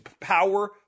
power